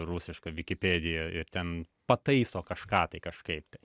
rusišką wikipedia jie ten pataiso kažką tai kažkaip tai